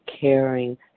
caring